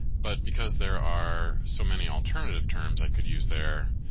but because there are so many alternative terms i could use there,